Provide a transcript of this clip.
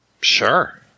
Sure